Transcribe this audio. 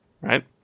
right